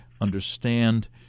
understand